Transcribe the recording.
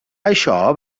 això